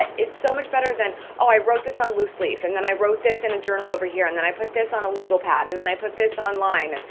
it's so much better than, oh, i wrote this on loose leaf and then i wrote this in a journal over here and then i put this on a legal pad and then i put this online.